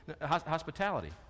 Hospitality